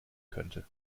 könnte